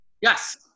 Yes